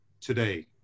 today